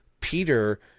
Peter